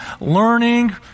learning